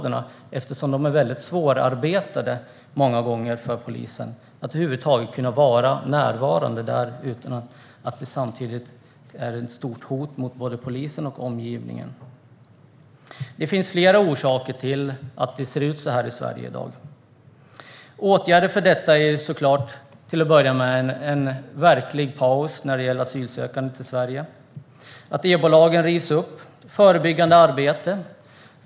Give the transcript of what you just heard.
Denna frånvaro beror på att områdena är svårarbetade för poliser, och polisen har svårt att över huvud taget vara närvarande där utan att det samtidigt blir ett hot mot både polis och omgivning. Det finns flera orsaker till att det ser ut så här i Sverige i dag. Åtgärder mot detta är till att börja med såklart en verklig paus för asylansökande till Sverige. EBO-lagen måste rivas upp, och det måste finnas ett förebyggande arbete.